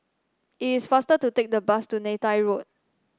It is faster to take the bus to Neythai Road